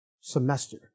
semester